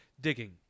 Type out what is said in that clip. digging